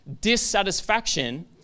dissatisfaction